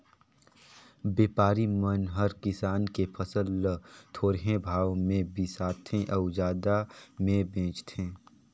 बेपारी मन हर किसान के फसल ल थोरहें भाव मे बिसाथें अउ जादा मे बेचथें